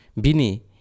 Bini